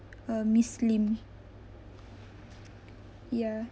uh miss lim ya